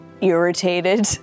irritated